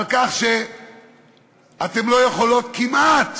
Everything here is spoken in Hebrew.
על כך שאתן לא יכולות כמעט